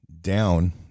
down